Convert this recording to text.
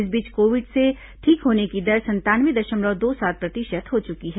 इस बीच कोविड से ठीक होने की दर संतानवे दशमलव दो सात प्रतिशत हो चुकी है